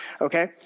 Okay